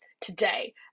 today